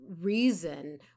reason